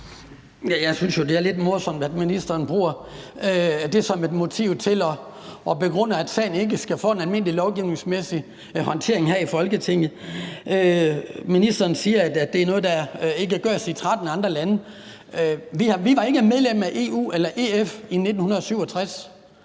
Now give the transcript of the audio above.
Jeg synes jo, at det er lidt morsomt, at ministeren bruger det som en begrundelse for, at sagen ikke skal have en almindelig lovgivningsmæssig håndtering her i Folketinget. Ministeren siger, at det er noget, der ikke gøres i 13 andre lande. Vi var ikke medlem af EF i 1967,